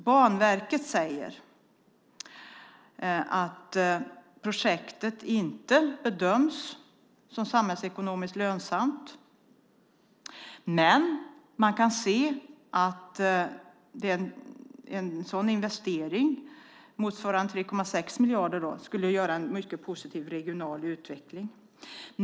Banverket säger att projektet inte bedöms som samhällsekonomiskt lönsamt. Men man kan se att en sådan investering, motsvarande 3,6 miljarder, skulle innebära en mycket positiv regional utveckling.